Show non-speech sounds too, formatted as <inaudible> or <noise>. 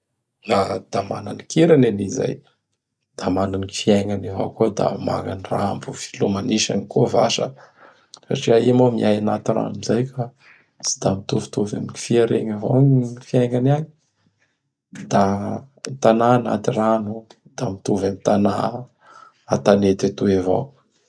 <hesitation> Da mana ny kirany an i zay. Da mana gny k fiaignany avao koa da magna gn rambo filomanisany koa vasa <noise> satria i moa miay agnaty rano zay ka. Tsy da mitovitovy am fia regny avao gny fiaignany agny. <noise> Da tana anaty rano da mitovy am tana an-tanety etoy avao.